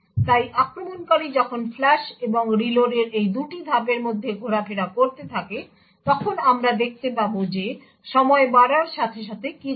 তাই আক্রমণকারী যখন ফ্লাশ এবং রিলোডের এই 2টি ধাপের মধ্যে ঘোরাফেরা করতে থাকে তখন আমরা দেখতে পাব যে সময় বাড়ার সাথে সাথে কী ঘটে